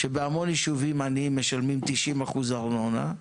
כשבהמון יישובים עניים משלמים 90% ארנונה,